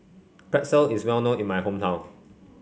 pretzel is well known in my hometown